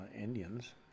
Indians